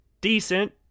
decent